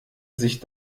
sich